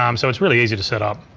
um so it's really easy to setup.